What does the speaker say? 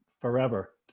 forever